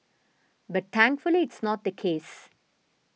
but thankfully it's not the case